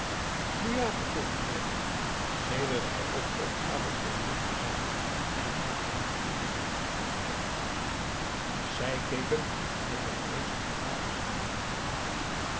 nu ja vervolgde zij naïef sedert hij al die opgaven voor u heeft verzameld en voor mij zij keek hem met de grootste verbazing aan